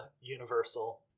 Universal